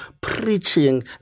preaching